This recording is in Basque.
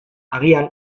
agian